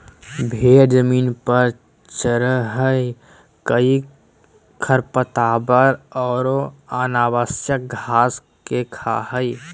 भेड़ जमीन पर चरैय हइ कई खरपतवार औरो अनावश्यक घास के खा हइ